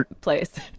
place